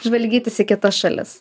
žvalgytis į kitas šalis